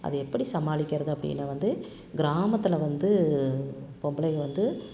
அது எப்படி சமாளிக்கிறது அப்படின்னு வந்து கிராமத்தில் வந்து பொம்பளைங்க வந்து